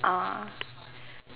(uh huh)